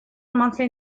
monthly